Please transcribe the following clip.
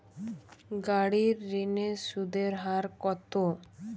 গাড়ির ঋণের সুদের হার কতো?